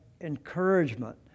encouragement